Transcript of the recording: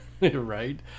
Right